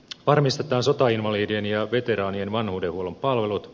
varmistetaan sotainvalidien ja veteraanien vanhuudenhuollon palvelut